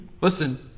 Listen